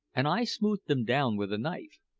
and i smoothed them down with the knife,